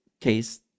case